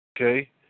Okay